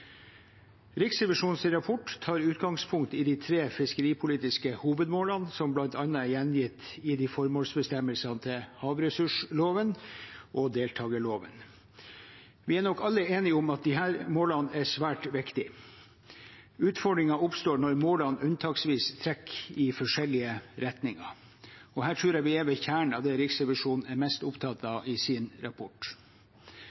Riksrevisjonens rapport tar utgangspunkt i de tre fiskeripolitiske hovedmålene som bl.a. er gjengitt i formålsbestemmelsene til havressursloven og deltakerloven. Vi er nok alle enige om at disse målene er svært viktige. Utfordringen oppstår når målene unntaksvis trekker i forskjellige retninger, og her tror jeg vi er ved kjernen av det Riksrevisjonen er mest opptatt